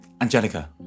Angelica